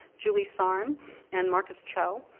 julie sarn and marcus cho,